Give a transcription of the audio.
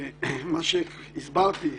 מה שהסברתי,